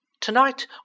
Tonight